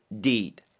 deed